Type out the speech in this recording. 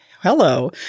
Hello